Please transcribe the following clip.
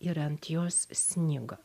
ir ant jos snigo